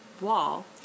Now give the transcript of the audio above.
wall